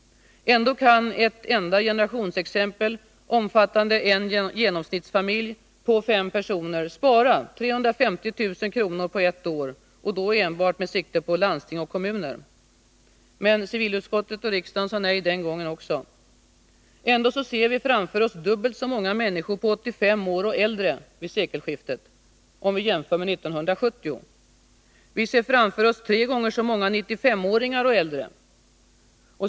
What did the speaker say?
Ändå kan ett enda generationsexempel, omfattande en genomsnittsfamilj på fem personer, spara 350 000 kr. på ett år, och då enbart åt landsting och kommun. Men civilutskottet och riksdagen sade nej den gången också. Ändå ser vi framför oss dubbelt så många människor på 85 år och äldre vid sekelskiftet, om vi jämför med 1970. Vi ser framför oss tre gånger så många 95-åringar och äldre.